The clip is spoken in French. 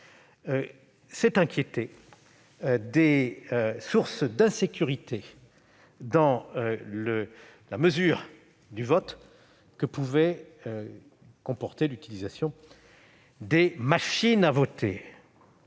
s'est inquiété des sources d'insécurité dans la mesure du vote que pouvait comporter l'utilisation de ces machines.